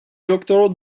doctor